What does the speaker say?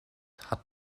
hat